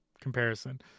comparison